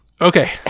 Okay